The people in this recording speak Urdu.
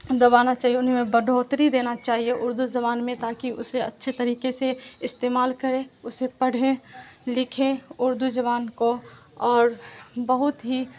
دبانا چاہیے انہیں بڑھوتری دینا چاہیے اردو زبان میں تاکہ اسے اچھے طریقے سے استعمال کرے اسے پڑھیں لکھیں اردو زبان کو اور بہت ہی